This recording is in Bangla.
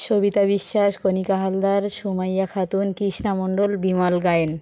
সবিতা বিশ্বাস কণিকা হালদার সুমাইয়া খাতুন কৃষ্ণা মণ্ডল বিমল গায়েন